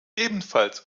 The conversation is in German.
ebenfalls